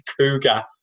cougar